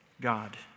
God